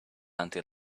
until